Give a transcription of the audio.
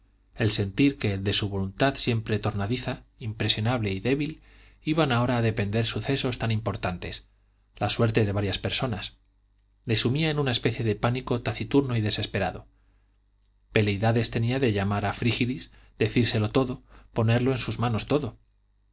el sentir que de su voluntad siempre tornadiza impresionable y débil iban ahora a depender sucesos tan importantes la suerte de varias personas le sumía en una especie de pánico taciturno y desesperado veleidades tenía de llamar a frígilis decírselo todo ponerlo en sus manos todo